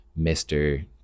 Mr